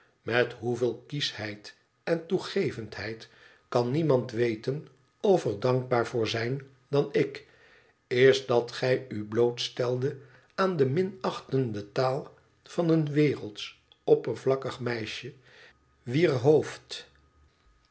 met hoeveel kieschheid en toegevendheid kan niemand weten of er dankbaar voor zijn dan ik is dat gij u blootsteldet aan de minachtende taal van een wereldsch oppervlakkig meisje wier hoofd